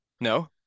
No